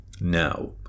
Now